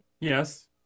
Yes